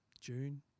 June